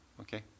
Okay